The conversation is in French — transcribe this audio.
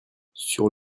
sur